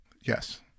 Yes